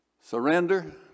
surrender